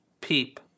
peep